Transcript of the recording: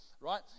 right